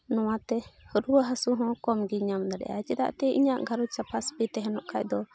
ᱱᱚᱣᱟ ᱛᱮ ᱨᱩᱣᱟᱹ ᱦᱟᱹᱥᱩ ᱦᱚᱸ ᱠᱚᱢ ᱜᱮ ᱧᱟᱢ ᱫᱟᱲᱮᱭᱟᱜᱼᱟ ᱪᱮᱫᱟᱜ ᱛᱮ ᱤᱧᱟᱹᱜ ᱜᱷᱟᱨᱚᱸᱡᱽ ᱥᱟᱯᱷᱟ ᱥᱟᱹᱯᱷᱤ ᱛᱟᱦᱮᱱᱚᱜ ᱠᱷᱟᱡ ᱫᱚ